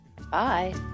Bye